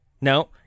No